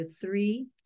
three